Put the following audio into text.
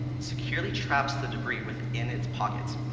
security traps the debris within its pockets,